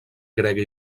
grega